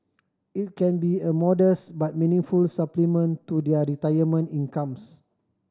it can be a modest but meaningful supplement to their retirement incomes